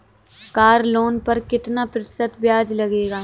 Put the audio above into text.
Car loan पर कितना प्रतिशत ब्याज लगेगा?